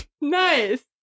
nice